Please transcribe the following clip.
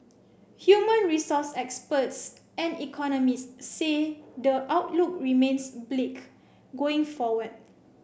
human resource experts and economists say the outlook remains bleak going forward